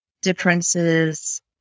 differences